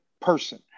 person